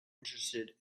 interested